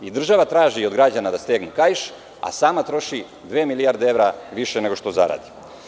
Država traži od građana da stegne kaiš, a sama troši dve milijarde evra više nego što zaradi.